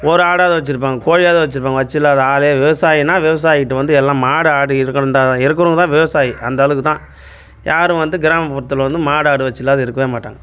ஒரு ஆடாவது வச்சிருப்பாங்க கோழியாது வச்சிருப்பாங்க வச்சிலாத ஆளே விவசாயினா விவசாயிகிட்ட வந்து எல்லாம் மாடு ஆடு இருக்கணும்டா இருக்கிறவன் தான் விவசாயி அந்தளவுக்கு தான் யாரும் வந்து கிராமப்புறத்தில் வந்து மாடு ஆடு வச்சிலாது இருக்கவே மாட்டாங்க